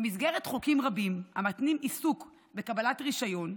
במסגרת חוקים רבים המתנים עיסוק בקבלת רישיון,